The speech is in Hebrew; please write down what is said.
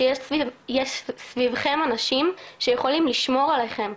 שיש סביבכם אנשים שיכולים לשמור עליכם.